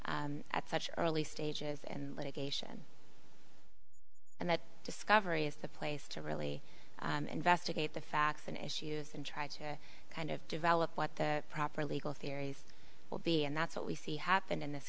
at such early stages and litigation and that discovery is the place to really investigate the facts and issues and try to kind of develop what the proper legal theories will be and that's what we see happen in this